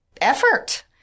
effort